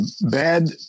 bad